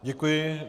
Děkuji.